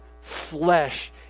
flesh